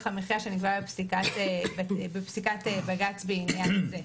המחיה שנקבע בפסיקת בג"ץ בעניין הזה.